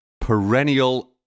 perennial